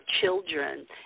children